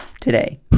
today